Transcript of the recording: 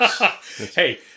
Hey